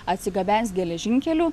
atsigabens geležinkelių